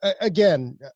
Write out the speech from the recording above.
again